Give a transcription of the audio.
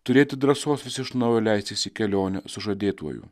turėti drąsos vis iš naujo leistis į kelionę sužadėtuoju